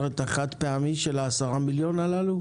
את התשלום החד-פעמי של 10 מיליון האלה